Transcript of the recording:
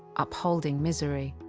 upholding misery.